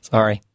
Sorry